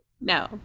No